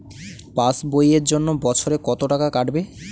Pass বইয়ের জন্য বছরে কত টাকা কাটবে?